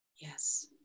Yes